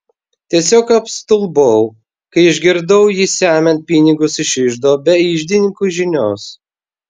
tiesiog apstulbau kai išgirdau jį semiant pinigus iš iždo be iždininkų žinios